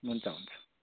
हुन्छ हुन्छ